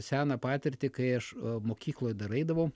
seną patirtį kai aš mokykloj dar eidavau